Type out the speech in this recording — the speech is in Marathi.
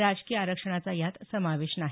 राजकीय आरक्षणाचा यात समावेश नाही